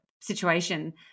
situation